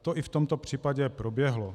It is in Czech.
To i v tomto případě proběhlo.